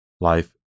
life